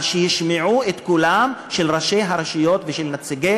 ישמעו את קולם של ראשי הרשויות ושל נציגי